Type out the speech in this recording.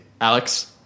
Alex